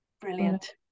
Brilliant